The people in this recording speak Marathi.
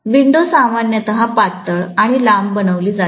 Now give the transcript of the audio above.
विंडो सामान्यत पातळ आणि लांब बनविली जाते